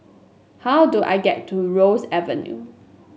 how do I get to Ross Avenue